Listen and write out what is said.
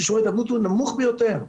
כי שיעור ההתאבדות הוא נמוך ביותר.